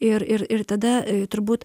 ir ir ir tada turbūt